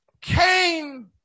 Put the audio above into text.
Cain